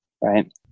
Right